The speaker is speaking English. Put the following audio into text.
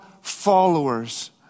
followers